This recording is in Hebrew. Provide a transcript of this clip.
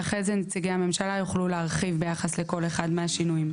ואחרי זה נציגי הממשלה יוכלו להרחיב ביחס לכל אחד מהשינויים.